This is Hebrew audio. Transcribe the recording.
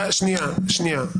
נכון.